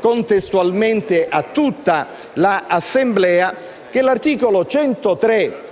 contestualmente a tutta l'Assemblea) che l'articolo 103